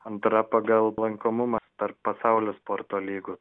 antra pagal lankomumą tarp pasaulio sporto lygų